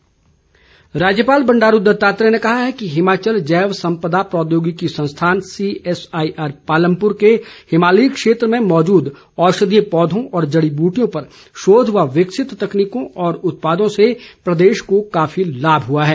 राज्यपाल राज्यपाल बंडारू दत्तात्रेय ने कहा है कि हिमाचल जैव संपदा प्रौद्योगिकी संस्थान सीएसआईआर पालमपुर के हिमालयी क्षेत्र में मौजूद औषधीय पौधों व जड़ी बृटियों पर शोध व विकसित तकनीकों और उत्पादों से प्रदेश को काफी लाभ हुआ है